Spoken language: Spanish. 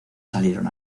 salieron